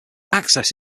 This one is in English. access